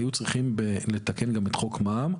היו צריכים לתקן גם את חוק מע"מ,